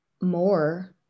more